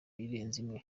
irenze